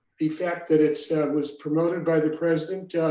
the fact that it was promoted by the president